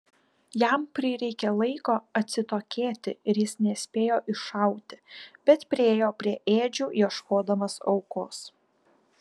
jam prireikė laiko atsitokėti ir jis nespėjo iššauti bet priėjo prie ėdžių ieškodamas aukos